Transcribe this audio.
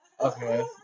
Okay